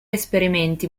esperimenti